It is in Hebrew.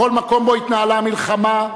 בכל מקום שבו התנהלה המלחמה,